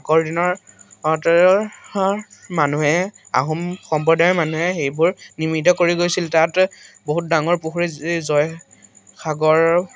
আগৰ দিনৰ মানুহে আহোম সম্প্ৰদায়ৰ মানুহে সেইবোৰ নিৰ্মিত কৰি গৈছিল তাত বহুত ডাঙৰ পুখুৰী যি জয়সাগৰ